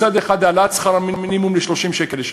מצד אחד העלאת שכר המינימום ל-30 שקל לשעה,